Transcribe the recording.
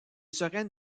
serait